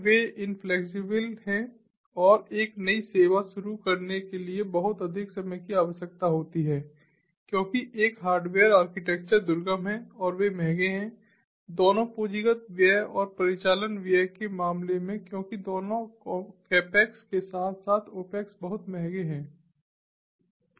वे inflexible हैं और एक नई सेवा शुरू करने के लिए बहुत अधिक समय की आवश्यकता होती है क्योंकि एक हार्डवेयर आर्किटेक्चर दुर्गम है और वे महंगे हैं दोनों पूंजीगत व्यय और परिचालन व्यय के मामले में क्योंकि दोनों कैपेक्स के साथ साथ ओपेक्स बहुत महंगे हैं